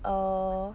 err